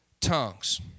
tongues